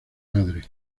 madre